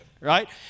right